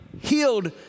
healed